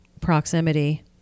Proximity